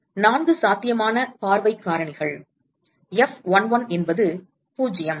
இவை நான்கு சாத்தியமான பார்வை காரணிகள் F11 என்பது 0